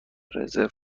رزرو